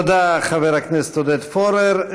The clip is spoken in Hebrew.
תודה, חבר הכנסת עודד פורר.